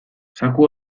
zaku